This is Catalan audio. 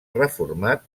reformat